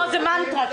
זאת מנטרה.